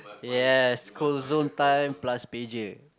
yes call zone time plus pager